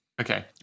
okay